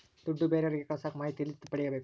ದುಡ್ಡು ಬೇರೆಯವರಿಗೆ ಕಳಸಾಕ ಮಾಹಿತಿ ಎಲ್ಲಿ ಪಡೆಯಬೇಕು?